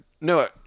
No